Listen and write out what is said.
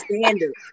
standards